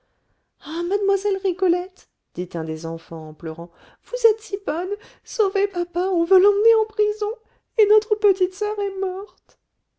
ah mlle rigolette dit un des enfants en pleurant vous êtes si bonne sauvez papa on veut l'emmener en prison et notre petite soeur est morte